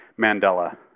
Mandela